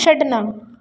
ਛੱਡਣਾ